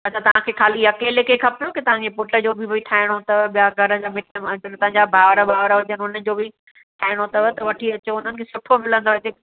अच्छा तव्हां खे खाली अकेले के खपेव तव्हां जे पुट जो बि ठाहिणो अथव ॿिया घर जा मिटि माइटनि तव्हां जा ॿार वार हुजनि उनजो बि ठाहिणो अथव त वठी अचो हुननि खे बि सुठो मिलंदो हिते